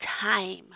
time